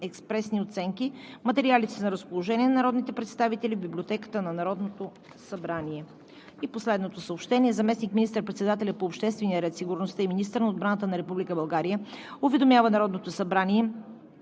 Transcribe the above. експресни оценки. Материалите са на разположение на народните представители в Библиотеката на Народното събрание. Заместник министър-председателят по обществения ред, сигурността и министър на отбраната на Република България уведомява Народното събрание,